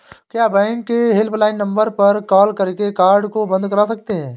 क्या बैंक के helpline number पर कॉल करके कार्ड को बंद करा सकते हैं?